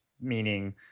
Meaning